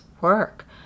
work